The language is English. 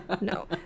no